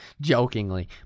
jokingly